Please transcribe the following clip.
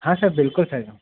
हाँ सर बिल्कुल सर